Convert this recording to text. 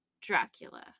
Dracula